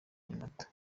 nyamata